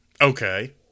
okay